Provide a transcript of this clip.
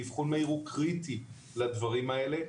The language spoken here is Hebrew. ואבחון מהיר הוא קריטי לדברים האלה.